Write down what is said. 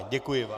Děkuji vám.